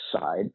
side